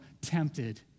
tempted